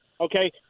Okay